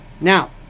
Now